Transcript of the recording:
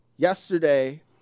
Yesterday